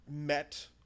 met